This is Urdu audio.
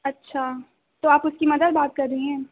اچھا تو آپ اُس کی مدر بات کر رہی ہیں